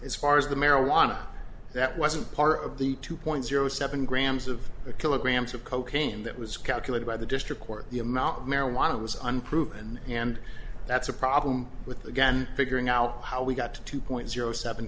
as far as the marijuana that wasn't part of the two point zero seven grams of kilograms of cocaine that was calculated by the district court the amount of marijuana was unproven and that's a problem with again figuring out how we got to two point zero seven